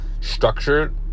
structured